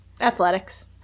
Athletics